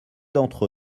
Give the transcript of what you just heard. d’entre